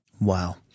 Wow